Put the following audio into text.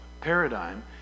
paradigm